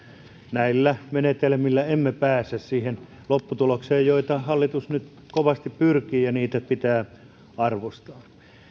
näillä menetelmillä emme pääse siihen lopputulokseen johon hallitus nyt kovasti pyrkii ja jota pitää arvostaa